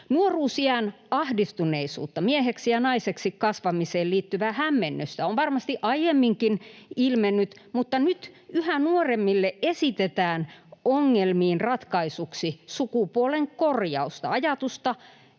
Nuoruusiän ahdistuneisuutta, mieheksi ja naiseksi kasvamiseen liittyvää hämmennystä on varmasti aiemminkin ilmennyt, mutta nyt yhä nuoremmille esitetään ongelmiin ratkaisuksi sukupuolenkorjausta, ajatusta,